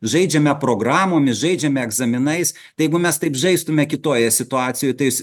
žaidžiame programomis žaidžiame egzaminais tai jeigu mes taip žaistume kitoje situacijoj tai